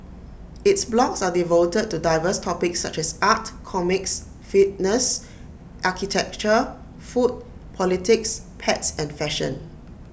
its blogs are devoted to diverse topics such as art comics fitness architecture food politics pets and fashion